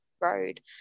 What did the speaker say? road